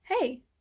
Hey